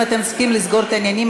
אם אתם צריכים לסגור את העניינים,